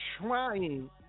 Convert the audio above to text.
trying